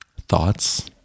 Thoughts